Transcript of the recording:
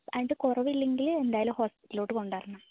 അന്നിട്ട് കുറവില്ലെങ്കിൽ എന്തായാലും ഹോസ്പിറ്റലിലോട്ട് കൊണ്ടരണം